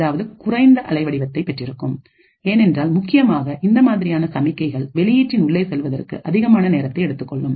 அதாவது குறைந்த அலை வடிவத்தை பெற்றிருக்கும் ஏனென்றால் முக்கியமாகஇந்த மாதிரியான சமிக்கைகள்வெளியீட்டின் உள்ளே செல்வதற்கு அதிகமான நேரத்தை எடுத்துக் கொள்ளும்